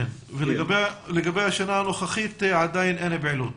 לגבי השנה הנוכחית, עדיין אין פעילות.